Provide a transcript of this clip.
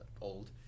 old